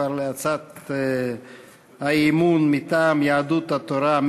להצעת האי-אמון מטעם יהדות התורה,